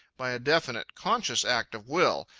by a definite, conscious act of will,